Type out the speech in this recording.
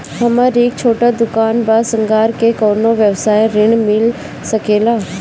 हमर एक छोटा दुकान बा श्रृंगार के कौनो व्यवसाय ऋण मिल सके ला?